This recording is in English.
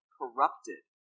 corrupted